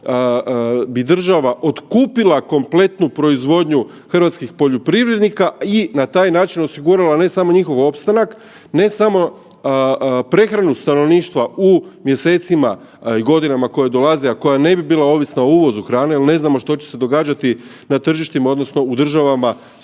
bi država otkupila kompletnu proizvodnju hrvatskih poljoprivrednika i na taj način osigurala ne samo njihov opstanak, ne samo prehranu stanovništva u mjesecima i godinama koje dolaze, a koja ne bi bila ovisna o uvozu hrane jer ne znamo što će se događati na tržištima odnosno u državama s kojih